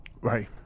Right